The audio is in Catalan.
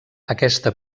aquesta